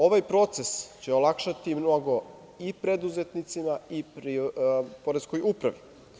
Ovaj proces će olakšati mnogo i preduzetnicima i Poreskoj upravi.